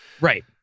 right